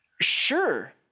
Sure